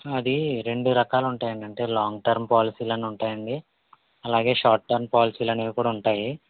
అది రెండు రకాలు ఉంటాయండీ అంటే లాంగ్ టర్మ్ పాలసీలని ఉంటాయండీ అలాగే షార్ట్ టర్మ్ పాలసీలనేవి కూడా ఉంటాయి